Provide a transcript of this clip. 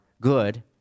good